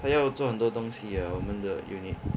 还要做很多东西 ah 我们的 unit